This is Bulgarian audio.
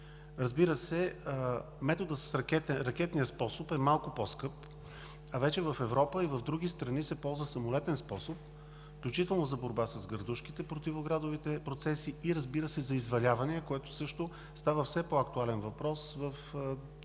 площ. Методът с ракетния способ е малко по-скъп, а в Европа и в други страни вече се ползва самолетен способ, включително за борба с градушките и противоградовите процеси, разбира се, и за изваляване, което става все по-актуален въпрос в сегашните